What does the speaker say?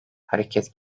hareket